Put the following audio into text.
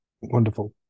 Wonderful